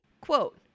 Quote